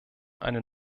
eine